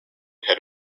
had